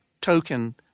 token